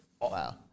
Wow